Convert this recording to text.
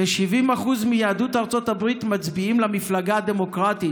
כ-70% מיהדות ארצות הברית מצביעים למפלגה הדמוקרטית.